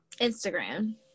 Instagram